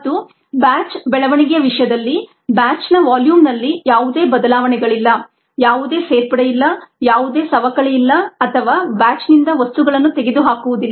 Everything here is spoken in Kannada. ಮತ್ತು ಬ್ಯಾಚ್ ಬೆಳವಣಿಗೆಯ ವಿಷಯದಲ್ಲಿ ಬ್ಯಾಚ್ನ ವಾಲ್ಯೂಮ್ನಲ್ಲಿ ಯಾವುದೇ ಬದಲಾವಣೆಗಳಿಲ್ಲ ಯಾವುದೇ ಸೇರ್ಪಡೆ ಇಲ್ಲ ಯಾವುದೇ ಸವಕಳಿ ಇಲ್ಲ ಅಥವಾ ಬ್ಯಾಚ್ನಿಂದ ವಸ್ತುಗಳನ್ನು ತೆಗೆದುಹಾಕುವುದಿಲ್ಲ